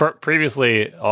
previously